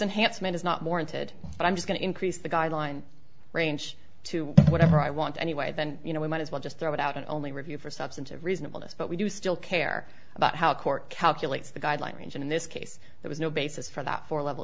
enhanced man is not more into it and i'm going to increase the guideline range to whatever i want anyway then you know we might as well just throw it out and only review for substantive reasonable this but we do still care about how court calculates the guidelines in this case there is no basis for that for level